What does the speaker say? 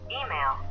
email